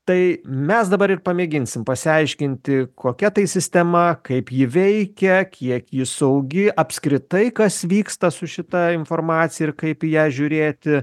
tai mes dabar ir pamėginsim pasiaiškinti kokia tai sistema kaip ji veikia kiek ji saugi apskritai kas vyksta su šita informacija ir kaip į ją žiūrėti